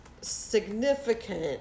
significant